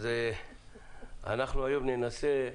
היום ננסה,